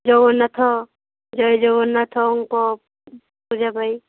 ଜଗନ୍ନାଥ ଜୟ ଜଗନ୍ନାଥଙ୍କ ପୂଜା ପାଇଁ